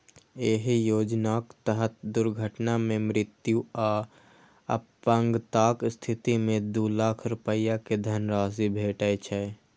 एहि योजनाक तहत दुर्घटना मे मृत्यु आ अपंगताक स्थिति मे दू लाख रुपैया के धनराशि भेटै छै